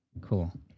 Cool